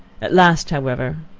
at last, however,